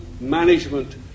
management